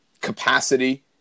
capacity